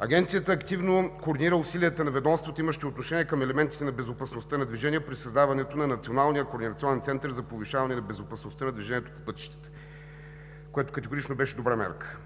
Агенцията активно координира усилията на ведомствата, имащи отношение към елементите на безопасността на движение при създаването на Националния координационен център за повишаване на безопасността на движението по пътищата. Това категорично беше добра мярка.